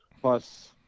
plus